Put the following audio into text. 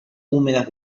húmedas